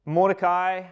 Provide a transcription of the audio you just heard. Mordecai